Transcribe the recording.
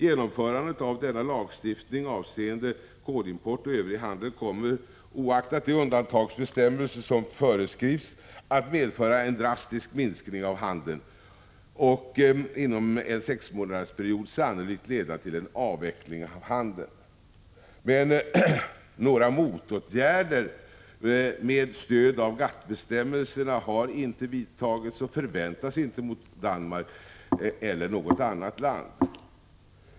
Genomförandet av denna lagstiftning avseende kolimport och övrig handel kommer, oaktat de undantagsmöjligheter som föreskrivs, att medföra en drastisk minskning av handeln och under en sexmånadersperiod sannolikt leda till en avveckling av handeln. Men några motåtgärder med stöd av GATT-bestämmelserna har inte vidtagits och förväntas inte mot Danmark eller något annat land.